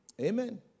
Amen